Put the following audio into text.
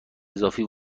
اضافی